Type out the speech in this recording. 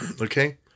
okay